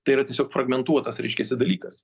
tai yra tiesiog fragmentuotas reiškiasi dalykas